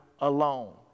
alone